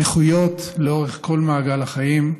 נכויות לאורך כל מעגל החיים,